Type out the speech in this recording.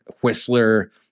Whistler